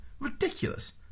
Ridiculous